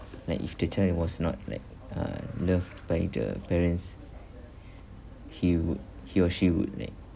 like if the child it was not like uh loved by the parents he would he or she would like